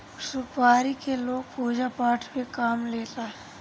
सुपारी के लोग पूजा पाठ में काम लेला